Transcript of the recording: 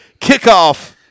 kickoff